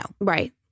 Right